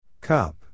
Cup